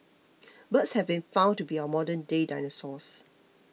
birds have been found to be our modernday dinosaurs